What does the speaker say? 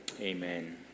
amen